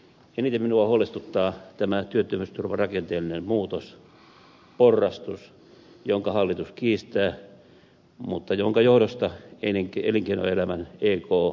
eniten minua huolestuttaa tämä työttömyysturvan rakenteellinen muutos porrastus jonka hallitus kiistää mutta jonka johdosta elinkeinoelämän ek myhäilee